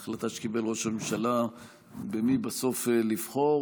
ההחלטה שקיבל ראש הממשלה במי בסוף לבחור,